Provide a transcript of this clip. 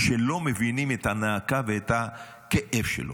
שלא מבינים את הנאקה ואת הכאב שלו?